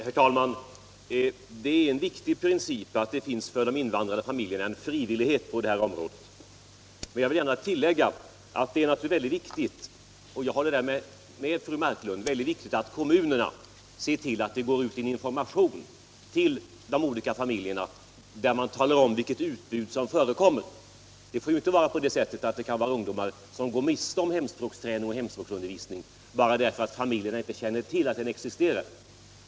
Herr talman! Det är en viktig princip att det för de invandrade familjerna finns frivillighet på detta område. Men jag vill gärna tillägga att jag håller med fru Marklund om att det är väldigt viktigt att kommunerna ser till att det går ut information rarbarn till de olika familjerna där man talar om vilket utbud som förekommer. Det får ju inte vara så att ungdomar går miste om hemspråksträning och hemspråksundervisning bara därför att familjerna inte känner till att den existerar.